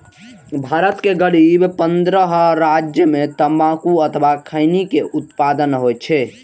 भारत के करीब पंद्रह राज्य मे तंबाकू अथवा खैनी के उत्पादन होइ छै